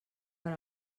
per